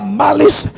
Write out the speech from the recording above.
malice